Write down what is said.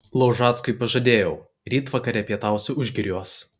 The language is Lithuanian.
laužackui pažadėjau ryt vakare pietausi užgiriuos